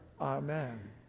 Amen